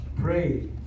Pray